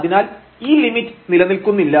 അതിനാൽ ഈ ലിമിറ്റ് നിലനിൽക്കുന്നില്ല